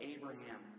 Abraham